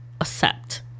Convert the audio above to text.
accept